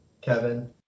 Kevin